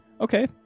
Okay